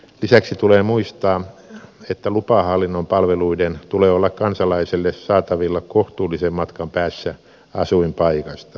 lisäksi tulee muistaa että lupahallinnon palveluiden tulee olla kansalaiselle saatavilla kohtuullisen matkan päässä asuinpaikasta